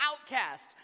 outcast